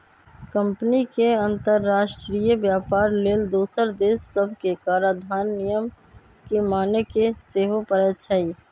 company के अंतरराष्ट्रीय व्यापार लेल दोसर देश सभके कराधान नियम के माने के सेहो परै छै